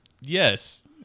yes